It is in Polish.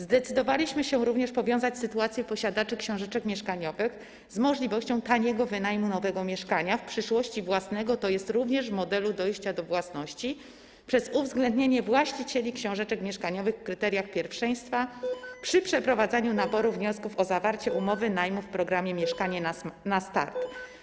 Zdecydowaliśmy się również powiązać sytuację posiadaczy książeczek mieszkaniowych z możliwością taniego wynajmu nowego mieszkania, w przyszłości własnego, tj. również w modelu dojścia do własności przez uwzględnienie właścicieli książeczek mieszkaniowych w kryteriach pierwszeństwa przy przeprowadzaniu naboru wniosków o zawarcie umowy najmu w programie „Mieszkanie na start”